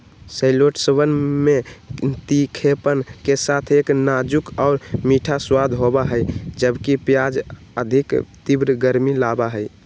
शैलोट्सवन में तीखेपन के साथ एक नाजुक और मीठा स्वाद होबा हई, जबकि प्याज अधिक तीव्र गर्मी लाबा हई